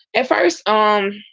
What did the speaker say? if i was on,